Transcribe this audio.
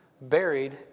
buried